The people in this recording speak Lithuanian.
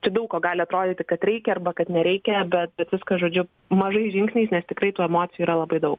čia daug ko gali atrodyti kad reikia arba kad nereikia bet viskas žodžiu mažais žingsniais nes tikrai tų emocijų yra labai daug